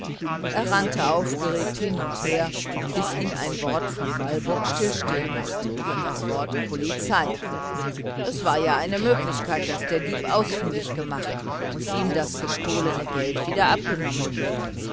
er rannte aufgeregt hin und wieder bis ihn ein wort walburgs stillstehen machte das wort polizei es war ja eine möglichkeit daß der dieb ausfindig gemacht werden und ihm das geld wieder abgenommen werden